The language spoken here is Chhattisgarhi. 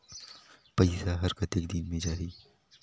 पइसा हर कतेक दिन मे जाही?